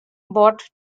bought